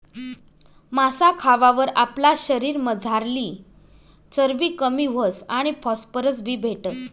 मासा खावावर आपला शरीरमझारली चरबी कमी व्हस आणि फॉस्फरस बी भेटस